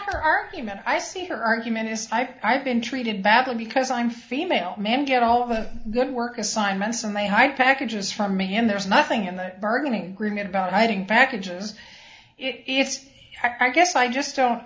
best argument i see her argument is i've been treated badly because i'm female man get all the good work assignments in my high packages from me and there's nothing in the bargaining agreement about writing packages if i guess i just don't